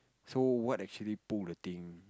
so what actually pull the thing